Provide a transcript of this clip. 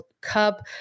Cup